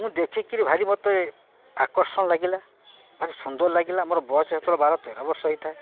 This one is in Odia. ମୁଁ ଦେଖିକିରି ଭାରି ମୋତେ ଆକର୍ଷଣ ଲାଗିଲା ଭାରି ସୁନ୍ଦର ଲାଗିଲା ମୋର ବୟସ ସେତେବେଳେ ବାର ତେର ବର୍ଷ ହୋଇଥାଏ